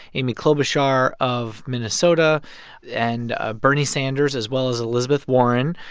amy klobuchar of minnesota and ah bernie sanders, as well as elizabeth warren,